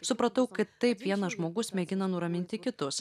supratau kad taip vienas žmogus mėgina nuraminti kitus